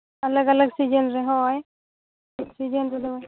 ᱟᱞᱟᱜ ᱟᱞᱟᱜ ᱥᱤᱡᱮᱱ ᱨᱮ ᱦᱳᱭ ᱢᱤᱫ ᱥᱤᱡᱮᱱ ᱨᱮᱫᱚ ᱵᱟᱝ